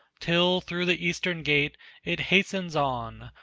till through the eastern gate it hastens on,